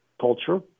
culture